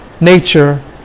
Nature